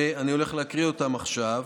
שאני הולך להקריא אותם עכשיו.